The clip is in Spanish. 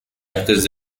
artes